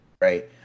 right